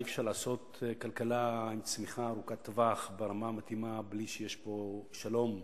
אי-אפשר לעשות כלכלה עם צמיחה ארוכת טווח ברמה המתאימה בלי שיש פה שלום,